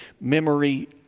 memory